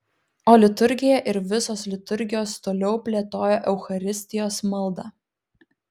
o liturgija ir visos liturgijos toliau plėtojo eucharistijos maldą